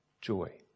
joy